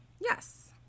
Yes